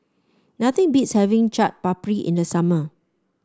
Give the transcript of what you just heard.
nothing beats having Chaat Papri in the summer